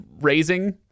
raising